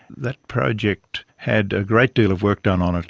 that project had a great deal of work done on it,